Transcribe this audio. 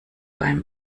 beim